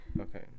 okay